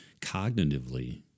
Cognitively